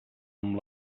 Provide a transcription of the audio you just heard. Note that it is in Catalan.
amb